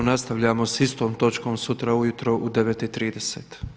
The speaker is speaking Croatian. Nastavljamo sa istom točkom sutra ujutro u 9,30.